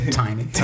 tiny